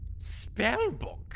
Spellbook